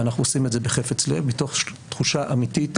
אנחנו עושים את זה בחפץ לב מתוך תחושה אמיתית,